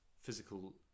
physical